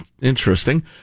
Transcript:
interesting